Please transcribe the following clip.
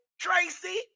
Tracy